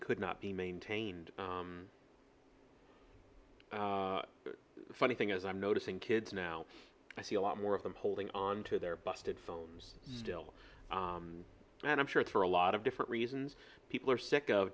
could not be maintained the funny thing is i'm noticing kids now i see a lot more of them holding on to their busted phones still and i'm sure it's for a lot of different reasons people are sick of